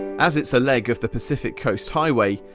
as it's a leg of the pacific coast highway,